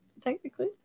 technically